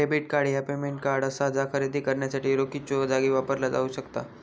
debit card ह्या payment card असा जा खरेदी करण्यासाठी रोखीच्यो जागी वापरला जाऊ शकता